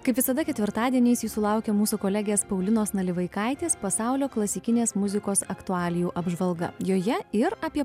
kaip visada ketvirtadieniais jūsų laukia mūsų kolegės paulinos nalivaikaitės pasaulio klasikinės muzikos aktualijų apžvalga joje ir apie